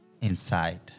inside